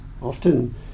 Often